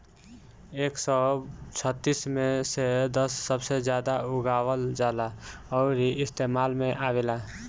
एक सौ छत्तीस मे से दस सबसे जादा उगावल जाला अउरी इस्तेमाल मे आवेला